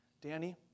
Danny